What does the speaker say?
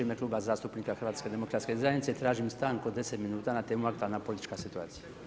U ime Kluba zastupnika HDZ-a tražim stanku od 10 minuta, na temu aktualna politička situacija.